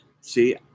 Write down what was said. See